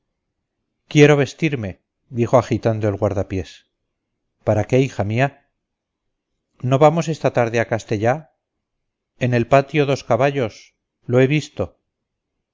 quiero vestirme dijo agitando el guardapiés para qué hija mía no vamos esta tarde a castell en el patio dos caballos los he visto